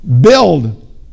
build